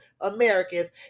Americans